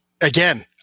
again